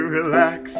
relax